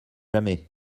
jamais